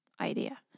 idea